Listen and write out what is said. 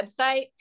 website